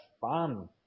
fun